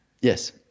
Yes